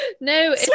no